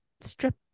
strip